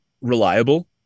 reliable